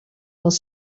els